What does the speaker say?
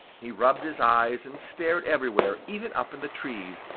he rubbed his eyes and stared everywhere, even up in the trees,